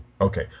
Okay